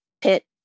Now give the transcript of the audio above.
pit